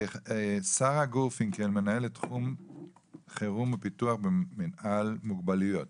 שרה גורפינקל מנהלת תחום חירום ופיתוח במנהל מוגבלויות,